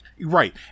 Right